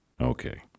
Okay